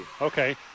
Okay